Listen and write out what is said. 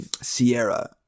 Sierra